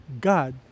God